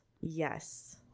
Yes